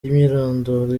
n’imyirondoro